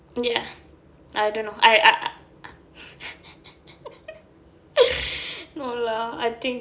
ya I don't know I I no lah I think